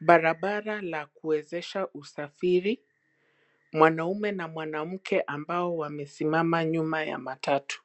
barabara la kuwezesha usafiri, mwanaume na mwanamke ambao wamesimama nyuma ya matatu.